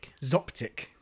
Zoptic